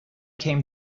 came